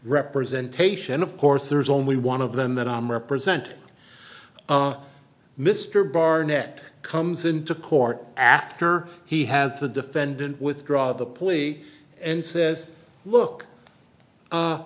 representation of course there's only one of them that i'm represent mr barnett comes into court after he has the defendant withdraw the plea and says look